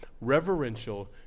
reverential